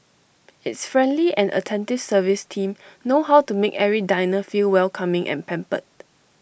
its friendly and attentive service team know how to make every diner feel welcoming and pampered